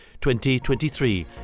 2023